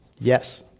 Yes